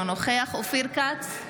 אינו נוכח אופיר כץ,